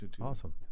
awesome